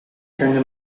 könne